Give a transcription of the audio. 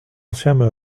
anciennes